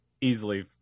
easily